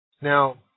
Now